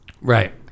Right